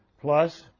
Plus